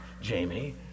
Jamie